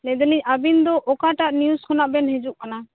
ᱞᱟ ᱭᱮᱫᱟᱞᱤᱧ ᱟᱹᱵᱤᱱᱫᱚ ᱚᱠᱟᱴᱟᱜ ᱱᱤᱭᱩᱡ ᱠᱷᱚᱱᱟᱜ ᱵᱤᱱ ᱦᱤᱡᱩᱜ ᱠᱟᱱᱟ